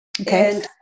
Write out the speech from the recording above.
Okay